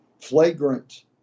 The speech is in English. flagrant